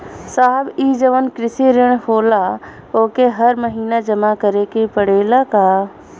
साहब ई जवन कृषि ऋण होला ओके हर महिना जमा करे के पणेला का?